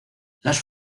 las